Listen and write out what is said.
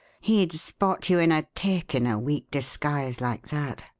he'd spot you in a tick, in a weak disguise like that.